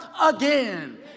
again